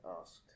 asked